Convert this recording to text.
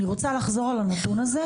אני רוצה לחזור על הנתון הזה,